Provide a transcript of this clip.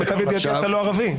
למיטיב ידיעתי אתה לא ערבי.